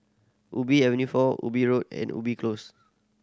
Ubi Avenue Four Ubi Road and Ubi Close